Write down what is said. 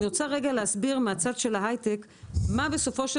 אני רוצה להסביר מהצד של ההיי-טק מה בסופו של